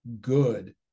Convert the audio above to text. good